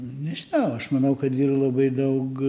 nežinau aš manau kad yra labai daug